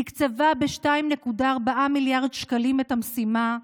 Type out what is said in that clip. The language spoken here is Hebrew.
תקצבה ב-2.4 מיליארד שקלים את המשימה,